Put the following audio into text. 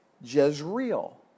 Jezreel